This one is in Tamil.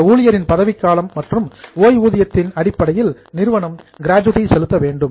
அந்த ஊழியரின் பதவிக்காலம் மற்றும் ஓய்வூதிய சம்பளத்தின் அடிப்படையில் நிறுவனம் கிராஜுவிட்டி செலுத்த வேண்டும்